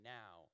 now